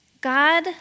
God